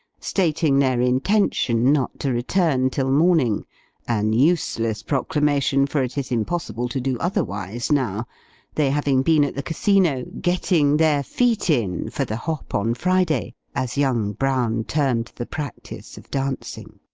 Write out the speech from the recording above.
stating their intention not to return till morning an useless proclamation, for it is impossible to do otherwise, now they having been at the casino, getting their feet in, for the hop on friday, as young brown termed the practice of dancing.